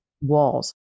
walls